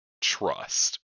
trust